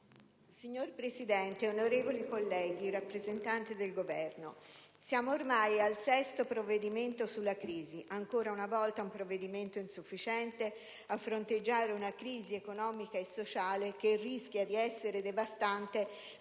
Signor Presidente, onorevoli colleghi, signori rappresentanti del Governo, siamo ormai al sesto provvedimento sulla crisi: ancora una volta, ci troviamo di fronte un provvedimento insufficiente a fronteggiare una crisi economica e sociale che rischia di essere devastante